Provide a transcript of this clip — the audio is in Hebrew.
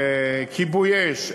כיבוי-אש,